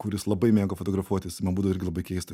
kuris labai mėgo fotografuotis man būdavo irgi labai keista